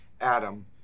Adam